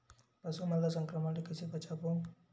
पशु मन ला संक्रमण से कइसे बचाबो?